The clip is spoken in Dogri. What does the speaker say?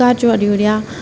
घर जुआड़ी ओड़ेआ